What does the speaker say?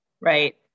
right